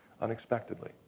unexpectedly